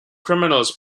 criminals